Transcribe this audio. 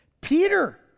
Peter